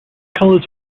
colors